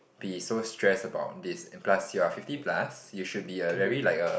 be so stressed about this and plus you're fifty plus you should be a very like a